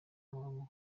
iwabo